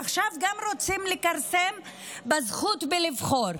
עכשיו רוצים לכרסם גם בזכות לבחור.